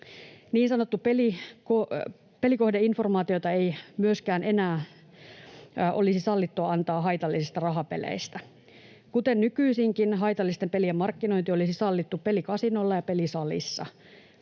pelikohdeinformaatiota ei myöskään enää olisi sallittua antaa haitallisista rahapeleistä. Kuten nykyisinkin haitallisten pelien markkinointi olisi sallittu pelikasinolla ja pelisalissa.